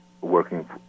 working